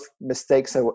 mistakes